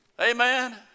Amen